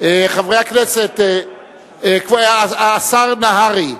חברי הכנסת, השר נהרי,